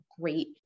great